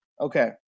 Okay